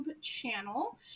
channel